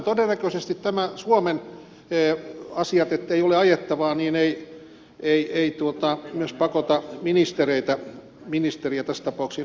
todennäköisesti tämä että suomella ei ole ajettavia asioita ei myöskään pakota ministeriä tässä tapauksessa niihin osallistumaan